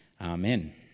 Amen